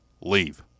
leave